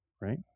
right